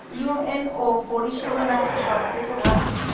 UNO পরিসেবা নাকি সব থেকে ভালো?